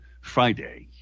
Friday